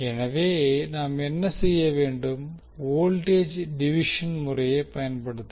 எனவே நாம் என்ன செய்ய முடியும் வோல்டேஜ் டிவிஷன் முறையை பயன்படுத்தலாம்